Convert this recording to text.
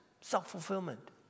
Self-fulfillment